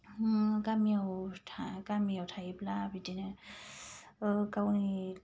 गामियाव गामियाव थायोब्ला बिदिनो ओ गावनि